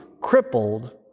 crippled